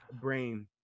Brain